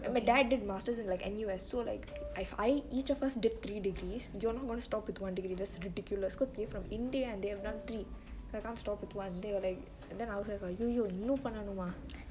and my dad did masters in like N_U_S so like if I each of us did three degrees you're not going to stop with one degree because that's ridiculous because they're from india and they have done three so I can't stop with one they are like and then I was like !aiyoyo! இன்னு பன்னனுமா:innu pannenumaa